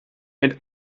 and